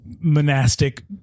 monastic